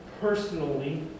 personally